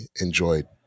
enjoyed